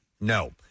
No